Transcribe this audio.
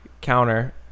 counter